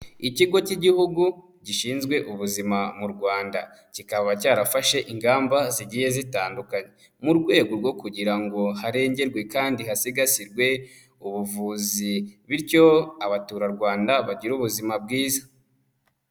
Ikigo cy'igihugu gishinzwe ubuzima mu Rwanda cyikaba cyarafashe ingamba zigiye zitandukanye, mu rwego rwo kugira ngo harengerwe kandi hasigasirwe ubuvuzi, bityo abaturarwanda bagire ubuzima bwiza.